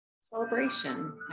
celebration